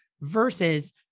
versus